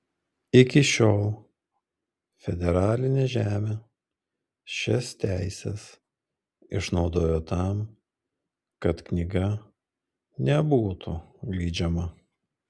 iki šiol federalinė žemė šias teises išnaudojo tam kad knyga nebūtų leidžiama